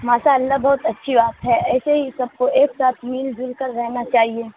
ماشا اللہ بہت اچھی بات ہے ایسے ہی سب کو ایک ساتھ مل جل کر رہنا چاہیے